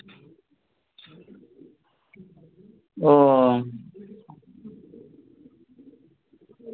ও